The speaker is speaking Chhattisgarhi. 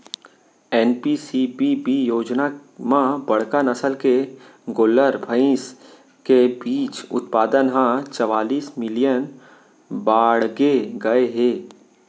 एन.पी.सी.बी.बी योजना म बड़का नसल के गोल्लर, भईंस के बीज उत्पाउन ह चवालिस मिलियन बाड़गे गए हे